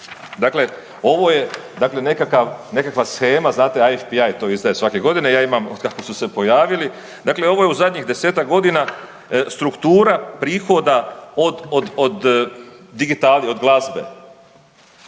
dakle nekakav, nekakva shema, znate, IFTI to izdaje svake godine, ja imam otkako su se pojavili. Dakle ovo je u zadnjih desetak godina struktura prihoda od digitalije, od glazbe.